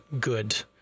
good